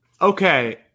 Okay